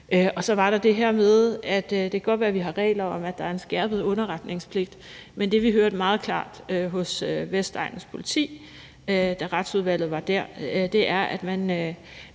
Så var der det her med, at det godt kan være, vi har regler om, at der er en skærpet underretningspligt, men det, vi hørte meget klart hos Vestegnens Politi, da Retsudvalget var dér, var, at man